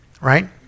Right